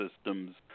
systems